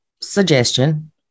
suggestion